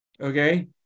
okay